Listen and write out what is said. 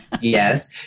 yes